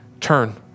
turn